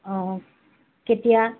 অঁ কেতিয়া